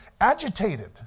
agitated